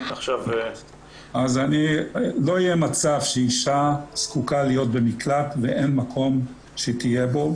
לא יהיה מצב שאישה זקוקה להיות במקלט ואין מקום שהיא תהיה בו,